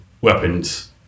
weapons